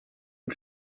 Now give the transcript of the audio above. une